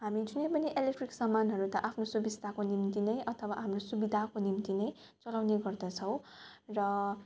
हामी जे पनि इलेक्ट्रिक सामानहरू त आफ्नो सुबिस्ताको निम्ति नै अथवा हाम्रो सुविधाको निम्ति नै चलाउने गर्दछौँ र